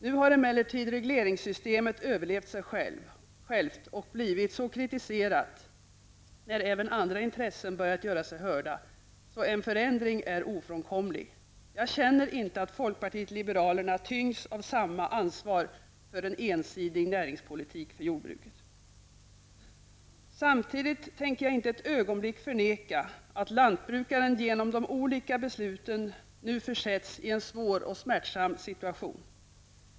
Nu har emellertid regleringssystemet överlevt sig självt och blivit så kritiserat, när även andra intressen börjat göra sig hörda, att en förändring är ofrånkomlig. Jag känner inte att folkpartiet liberalerna tyngs av samma ansvar för en ensidig näringspolitik för jordbruk. Samtidigt tänker jag inte ett ögonblick förneka att lantbrukaren genom de olika besluten nu försätts i en svår och smärtsam situation.